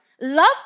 Love